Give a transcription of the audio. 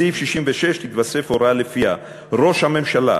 בסעיף 66 תתווסף הוראה שלפיה ראש הממשלה